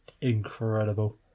incredible